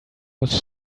was